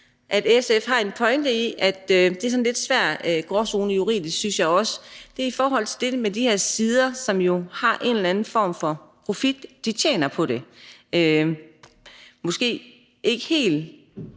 at SF har en pointe i, at det er sådan en lidt svær gråzone juridisk set. Det er i forhold til de her sider, som jo giver en eller anden form for profit. De tjener på det. Måske ikke på helt